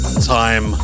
time